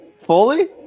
Fully